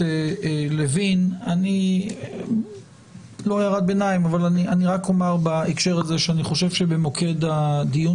אני רק אומר בהקשר הזה שאני חושב שבמוקד הדיון